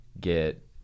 get